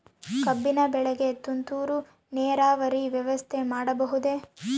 ಕಬ್ಬಿನ ಬೆಳೆಗೆ ತುಂತುರು ನೇರಾವರಿ ವ್ಯವಸ್ಥೆ ಮಾಡಬಹುದೇ?